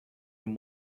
than